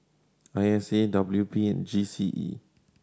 I S A W P and G C E